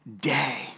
day